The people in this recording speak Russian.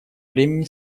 времени